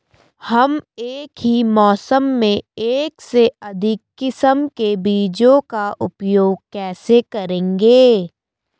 हम एक ही मौसम में एक से अधिक किस्म के बीजों का उपयोग कैसे करेंगे?